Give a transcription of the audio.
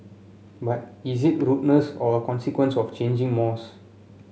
but is it rudeness or a consequence of changing mores